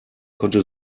konnte